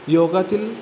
योगातील